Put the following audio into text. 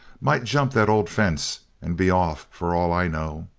might jump that old fence and be off, for all i know.